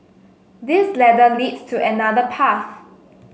this ladder leads to another path